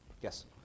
Yes